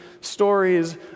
stories